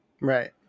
Right